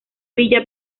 villa